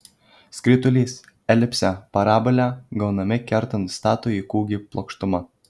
skritulys elipsė parabolė gaunami kertant statųjį kūgį plokštuma